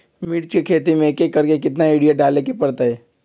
मिर्च के खेती में एक एकर में कितना यूरिया डाले के परतई?